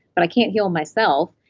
but i can't heal myself.